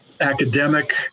academic